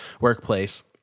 workplace